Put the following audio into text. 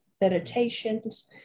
meditations